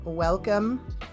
Welcome